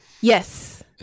yes